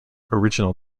original